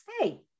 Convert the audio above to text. hey